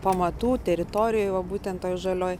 pamatų teritorijoj va būtent toj žalioj